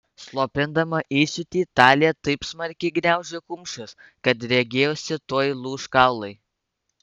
slopindama įsiūtį talė taip smarkiai gniaužė kumščius kad regėjosi tuoj lūš kaulai